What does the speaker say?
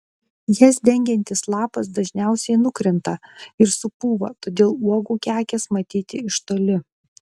jas dengiantis lapas dažniausiai nukrinta ir supūva todėl uogų kekės matyti iš toli